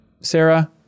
Sarah